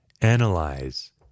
analyze